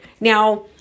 Now